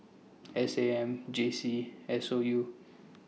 S A M J C S O U